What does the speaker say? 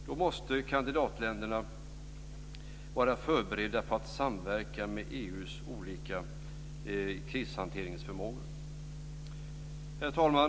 Då måste kandidatländerna vara förberedda på att samverka med EU:s olika krishanteringsförmågor. Herr talman!